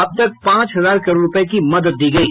अब तक पांच हजार करोड़ रूपये की मदद दी गयी